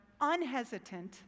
unhesitant